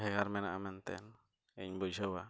ᱵᱷᱮᱜᱟᱨ ᱢᱮᱱᱟᱜᱼᱟ ᱢᱮᱱᱛᱮ ᱤᱧ ᱵᱩᱡᱷᱟᱹᱣᱟ